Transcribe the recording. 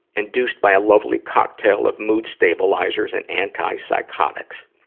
induced by a lovely cocktail of mood stabilizers and anti-psychotics.